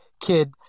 kid